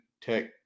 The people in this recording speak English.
tech